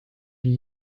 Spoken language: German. die